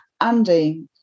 Andy